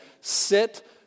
sit